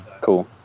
cool